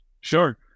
Sure